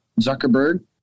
Zuckerberg